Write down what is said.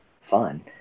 fun